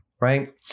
right